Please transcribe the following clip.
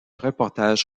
reportages